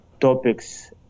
topics